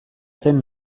zen